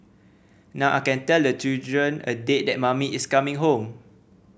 now I can tell the children a date that mummy is coming home